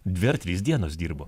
dvi ar trys dienos dirbo